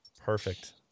Perfect